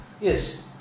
Yes